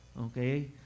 Okay